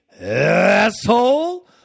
asshole